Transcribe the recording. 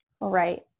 right